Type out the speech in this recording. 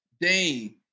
Dane